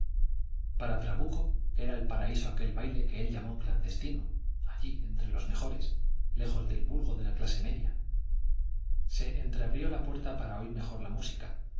para trabuco era el paraíso aquel baile que él llamó clandestino allí entre los mejores lejos del vulgo de la clase media se entreabrió la puerta para oír mejor la música